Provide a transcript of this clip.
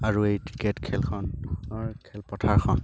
আৰু এই ক্ৰিকেট খেলখনৰ খেলপথাৰখন